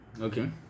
Okay